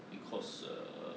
because err